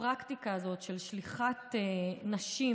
הפרקטיקה הזאת של שליחת נשים,